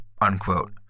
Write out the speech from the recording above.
unquote